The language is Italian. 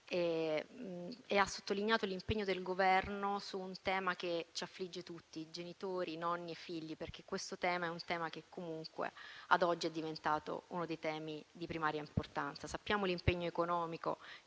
e ha sottolineato l'impegno del Governo su un tema che ci affligge tutti: genitori, nonni e figli. Questo infatti è un tema che comunque, ad oggi, è diventato di primaria importanza. Conosciamo l'impegno economico,